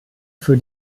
für